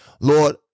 lord